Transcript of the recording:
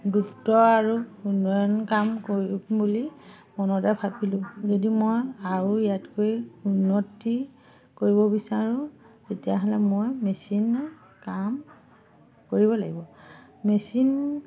দ্ৰুত আৰু উন্নয়ন কাম কৰিম বুলি মনতে ভাবিলোঁ যদি মই আৰু ইয়াতকৈ উন্নতি কৰিব বিচাৰোঁ তেতিয়াহ'লে মই মেচিনত কাম কৰিব লাগিব মেচিন